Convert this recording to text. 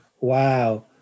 wow